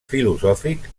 filosòfic